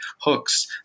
hooks